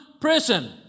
prison